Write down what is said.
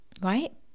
right